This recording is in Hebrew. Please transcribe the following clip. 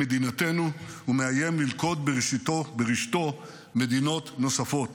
מדינתנו ומאיים ללכוד ברשתו מדינות נוספות.